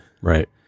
Right